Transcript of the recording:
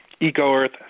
eco-earth